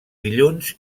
dilluns